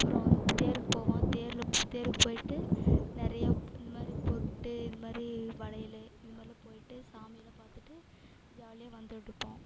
அப்பறம் தேருக்கு போவோம் தேரில் தேருக்கு போயிட்டு நிறைய இந்த மாதிரி பொட்டு இது மாதிரி வளையல் இது மாதிரிலாம் போயிட்டு சாமிலாம் பார்த்துட்டு ஜாலியாக வந்துட்டுருப்போம்